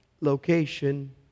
location